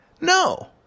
No